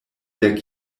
dek